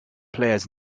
players